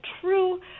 true